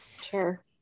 Sure